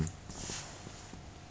no ah